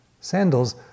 sandals